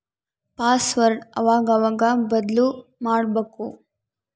password ಅವಾಗವಾಗ ಬದ್ಲುಮಾಡ್ಬಕು